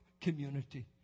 community